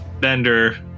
Bender